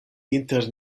inter